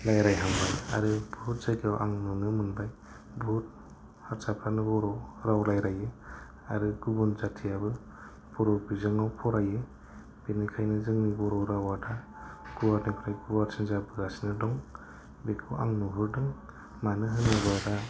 रायज्लायहांबाय आरो गोबां जायगायाव आं नुनो मोनबाय गोबां हारसाफ्रानो बर' राव रायलायो आरो गुबुन जातियाबो बर' बिजोङाव फरायो बेनिखायनो जोंनि बर' रावा दा गुवारनिफ्राय गुवारसिन जाबोगासिनो दं बेखौ आं नुहुरदों मानो होनोबा दा